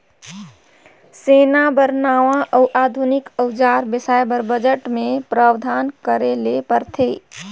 सेना बर नावां अउ आधुनिक अउजार बेसाए बर बजट मे प्रावधान करे ले परथे